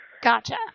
Gotcha